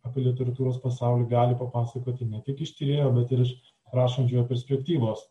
apie literatūros pasaulį gali papasakoti ne tik iš tyrėjo bet ir iš rašančiojo perspektyvos